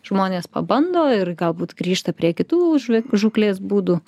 žmonės pabando ir galbūt grįžta prie kitų žuvė žūklės būdų